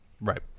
Right